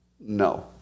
no